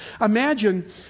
Imagine